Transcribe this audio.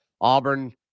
Auburn